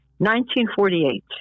1948